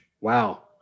Wow